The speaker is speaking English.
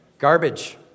Garbage